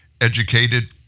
educated